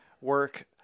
work